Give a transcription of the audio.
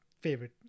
favorite